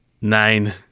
Nine